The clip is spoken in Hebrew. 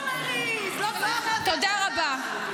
תודה רבה.